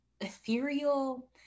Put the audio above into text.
ethereal